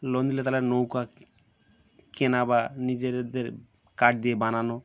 loan দিলে তাহলে নৌকা কেনা বা নিজেদের কাঠ দিয়ে বানানো